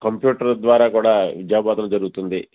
computer ద్వారా కూడా విద్యాబోధన జరుగుతుంది